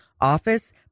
office